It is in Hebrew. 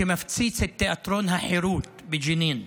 ומפציץ את תיאטרון החירות בג'נין.